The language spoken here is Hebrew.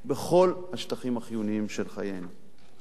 בכל השטחים החיוניים של חיינו.